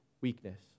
Weakness